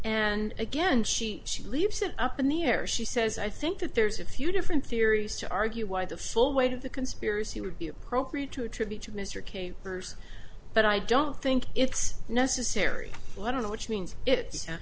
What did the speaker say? and again she she leaves it up in the air she says i think that there's a few different theories to argue why the full weight of the conspiracy would be appropriate to attribute to mr cain hers but i don't think it's necessary i don't know which means it